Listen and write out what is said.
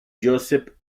josep